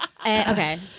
Okay